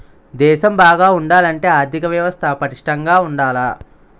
దేశం బాగా ఉండాలంటే ఆర్దిక వ్యవస్థ పటిష్టంగా ఉండాల